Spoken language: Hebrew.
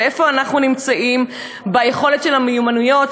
ואיפה אנחנו נמצאים ביכולת של המיומנויות,